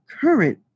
current